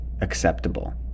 acceptable